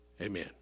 Amen